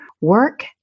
work